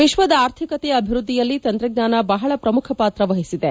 ವಿಶ್ವದ ಆರ್ಥಿಕತೆಯ ಅಭಿವೃದ್ದಿಯಲ್ಲಿ ತಂತ್ರಜ್ಞಾನ ಬಹಳ ಪ್ರಮುಖ ಪಾತ್ರ ವಹಿಸಿದೆ